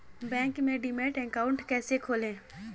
Bank में demat account कैसे खोलें?